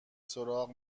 سراغ